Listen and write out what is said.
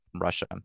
Russia